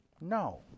No